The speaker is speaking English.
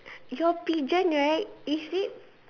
your pigeon right is it